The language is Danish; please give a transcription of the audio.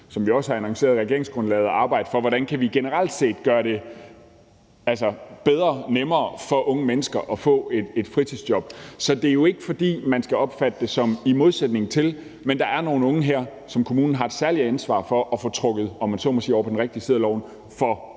som vi også har annonceret i regeringsgrundlaget, til at arbejde på, hvordan vi generelt set kan gøre det bedre og nemmere for unge mennesker at få et fritidsjob. Så det er jo ikke, fordi man skal opfatte det sådan, at det er i modsætning til det, men der er nogle unge her, som kommunen har et særligt ansvar for at få trukket, om man så må sige, over på den rigtige side af loven – for